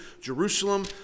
Jerusalem